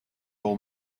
will